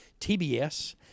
TBS